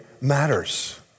matters